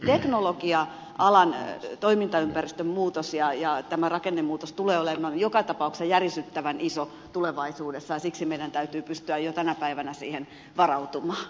teknologia alan toimintaympäristön muutos ja tämä rakennemuutos tulevat olemaan joka tapauksessa järisyttävän iso asia tulevaisuudessa ja siksi meidän täytyy pystyä jo tänä päivänä siihen varautumaan